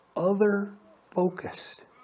Other-focused